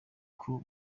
uko